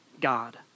God